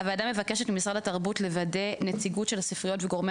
הוועדה מבקשת ממשרד התרבות לוודא נציגות של הספריות וגורמי